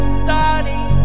starting